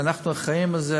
ואנחנו אחראים לזה.